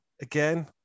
again